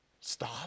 Stop